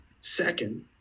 Second